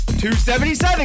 277